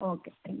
okay thank U